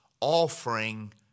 offering